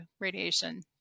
radiation